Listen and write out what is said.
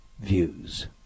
views